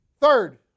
Third